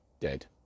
dead